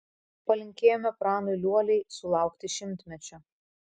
palinkėjome pranui liuoliai sulaukti šimtmečio